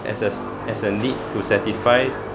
as a as a lead to satisfy